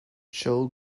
cho